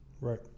right